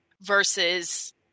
versus